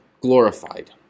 glorified